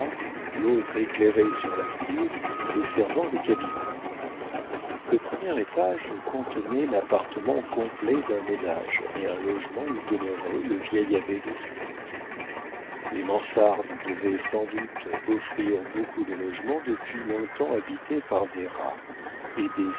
l'autre éclairée sur la cour et servant de cabinet le premier étage contenait l'appartement complet d'un ménage et un logement où demeurait le vieil abbé de sponde les mansardes devaient sans doute offrir beaucoup de logements depuis long-temps habités par des rats et des